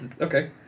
Okay